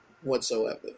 Whatsoever